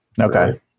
Okay